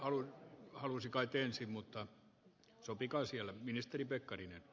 alun halusi kaikensi mutta sopiiko siellä ministeri pekkarinen e